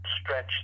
stretch